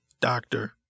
doctor